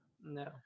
No